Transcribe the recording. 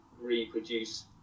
reproduce